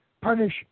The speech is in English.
punish